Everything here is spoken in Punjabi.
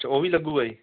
ਉਹ ਵੀ ਲੱਗੇਗਾ ਜੀ